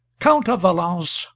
count of valence,